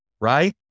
right